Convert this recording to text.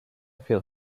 feel